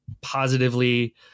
positively